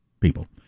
people